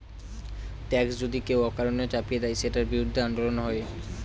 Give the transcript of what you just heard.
tax যদি কেউ অকারণে চাপিয়ে দেয়, সেটার বিরুদ্ধে আন্দোলন হয়